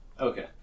Okay